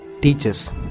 Teachers